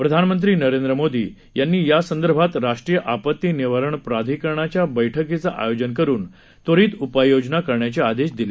प्रधानमंत्री नरेंद्र मोदी यांनी यासंदर्भात राष्ट्रीय आपती निवारण प्राधिकरणाच्या बैठकीचं आयोजन करून त्वरित उपाययोजना करण्याचे आदेश दिले